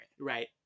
Right